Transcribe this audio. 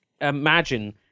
imagine